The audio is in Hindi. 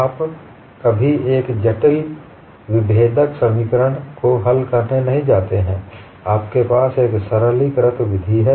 आप कभी एक जटिल विभेदक समीकरण को हल करने नहीं जाते हैं आपके पास एक सरलीकृत विधि है